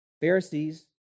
Pharisees